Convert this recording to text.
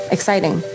Exciting